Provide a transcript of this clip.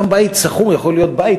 גם בית שכור יכול להיות בית,